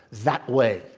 that way,